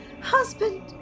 husband